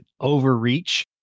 overreach